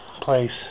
place